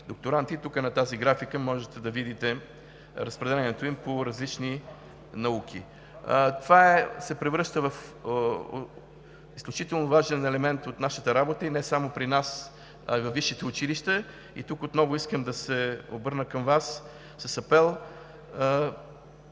докторанти, и тук на тази графика може да видите разпределението им по различни науки. Това се превръща в изключително важен елемент от нашата работа, и не само при нас, а и във висшите училища. Тук отново искам да се обърна към Вас с апел